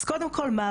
קודם כל,